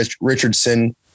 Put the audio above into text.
Richardson